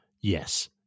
Yes